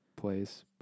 place